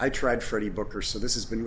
i tried for the book or so this has been